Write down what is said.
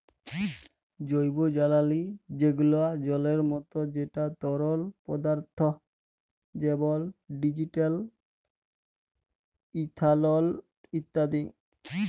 জৈবজালালী যেগলা জলের মত যেট তরল পদাথ্থ যেমল ডিজেল, ইথালল ইত্যাদি